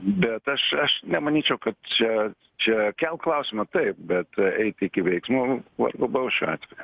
bet aš aš nemanyčiau kad čia čia kelt klausimą taip bet eiti iki veiksmų vargu bau šiuo atveju